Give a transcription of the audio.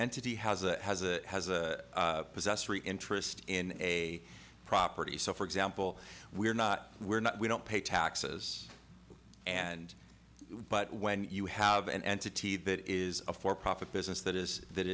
entity has a has a has a possessory interest in a property so for example we're not we're not we don't pay taxes and but when you have an entity that is a for profit business that is that